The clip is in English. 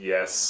Yes